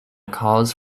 cause